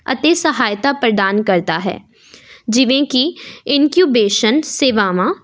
ਅਤੇ ਸਹਾਇਤਾ ਪ੍ਰਦਾਨ ਕਰਦਾ ਹੈ ਜਿਵੇਂ ਕਿ ਇਨਕਯੂਬੇਸ਼ਨ ਸੇਵਾਵਾਂ